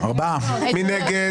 מי נגד?